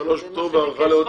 שלוש פטור, והארכה לעוד שנתיים.